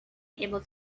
able